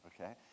okay